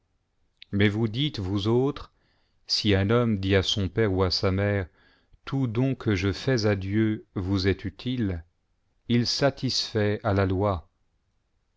mais vous dites vous autres si un homme dit à son père ou à sa mère tout don que je fais a dieu vous est utile satisfait a la loi